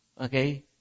Okay